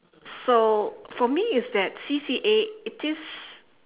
so for me is that C_C_A it is